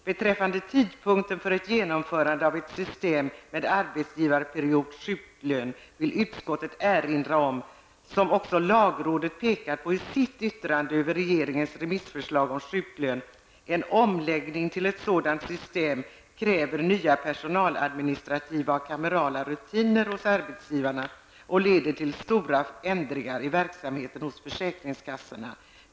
Beträffande tidpunkten för ett genomförande av ett system med arbetsgivarperiod/sjuklön vill utskottet erinra om att -- som också lagrådet pekat på i sitt yttrande över regeringens remissförslag om sjuklön -- en omläggning till ett sådant system kräver nya personaladministrativa och kamerala rutiner hos arbetsgivarna och leder till stora ändringar i verksamheten hos försäkringskassorna.